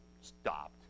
stopped